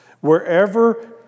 Wherever